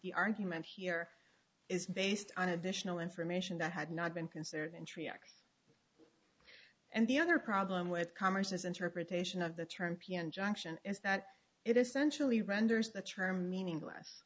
the argument here is based on additional information that had not been considered in triac and the other problem with commerce is interpretation of the term p n junction is that it essentially renders the term meaningless